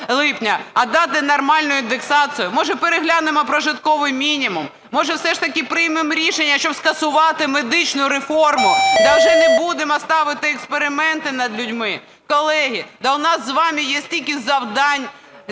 а дати нормальну індексацію. Може, переглянемо прожитковий мінімум? Може, все ж таки приймемо рішення, щоб скасувати медичну реформу, та вже не будемо ставити експерименти над людьми? Колеги, да у нас з вами є стільки завдань,